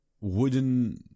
wooden